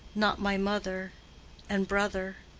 not my mother and brother.